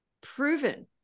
proven